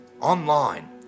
online